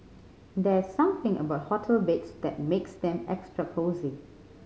there's something about hotel beds that makes them extra cosy